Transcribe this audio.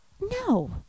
no